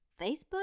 Facebook